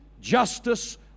justice